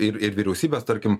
ir ir vyriausybės tarkim